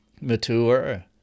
mature